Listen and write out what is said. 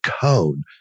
cone